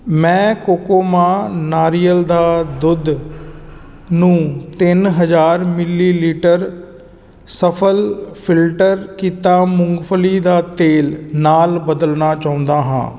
ਮੈਂ ਕੋਕੋਮਾ ਨਾਰੀਅਲ ਦਾ ਦੁੱਧ ਨੂੰ ਤਿੰਨ ਹਜ਼ਾਰ ਮਿਲੀਲੀਟਰ ਸਫਲ ਫਿਲਟਰ ਕੀਤਾ ਮੂੰਗਫਲੀ ਦਾ ਤੇਲ ਨਾਲ ਬਦਲਣਾ ਚਾਹੁੰਦਾ ਹਾਂ